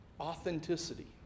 Authenticity